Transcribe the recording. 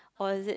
oh is it